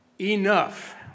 enough